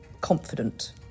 Confident